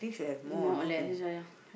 more or less ya ya